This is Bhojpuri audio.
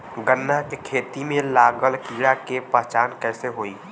गन्ना के खेती में लागल कीड़ा के पहचान कैसे होयी?